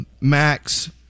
Max